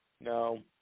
No